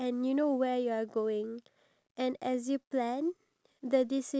keep on dreaming momentum will help you go on in life